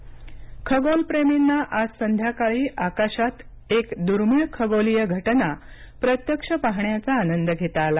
पिधान युती खगोलप्रेमींना आज संध्याकाळी आकाशात एक दुर्मीळ खगोलीय घटना प्रत्यक्ष पाहण्याचा आनंद घेता आला